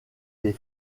les